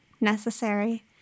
necessary